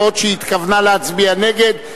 בעוד שהיא התכוונה להצביע נגד.